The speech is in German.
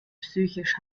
psychisch